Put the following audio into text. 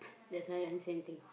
that's why I same thing